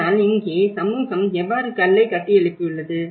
ஆனால் இங்கே சமூகம் எவ்வாறு கல்லைக் கட்டியெழுப்பியுள்ளது